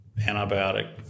antibiotic